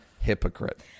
hypocrite